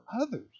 others